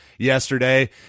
yesterday